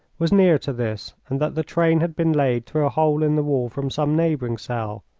was near to this, and that the train had been laid through a hole in the wall from some neighbouring cell.